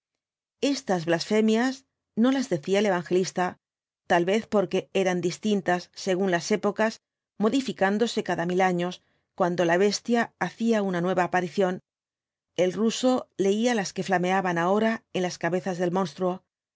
eetas blasfemias no las decía el evangelista tal vez porque eran distintas según las épocas modificándose cada mil años cuando la bestia hacía una nueva aparición el ruso leía las que flameaban ahora cd las cabezas del monstruo